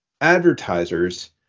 advertisers